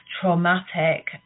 traumatic